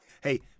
Hey